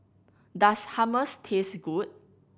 does Hummus taste good